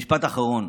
משפט אחרון,